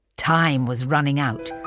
time was running out.